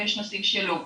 ויש מספיק שלא.